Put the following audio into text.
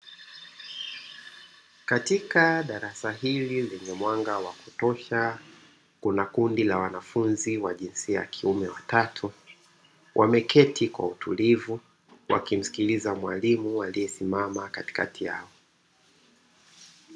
Katika darasa hili lenye mwanga wa kutosha, kuna kundi la wanafunzi wa jinsia ya kiume watatu wameketi kwa utulivu wakimsikiliza mwalimu aliyesimama katikati yao.